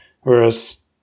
Whereas